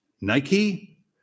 Nike